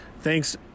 thanks